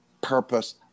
purpose